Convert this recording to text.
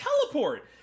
teleport